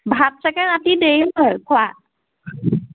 ভাত চাকে ৰাতি দেৰি হয় খোৱা